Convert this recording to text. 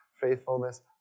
faithfulness